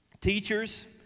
teachers